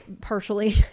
partially